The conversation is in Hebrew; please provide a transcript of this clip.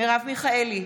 מרב מיכאלי,